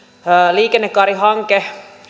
liikennekaarihanke